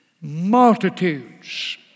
multitudes